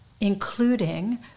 including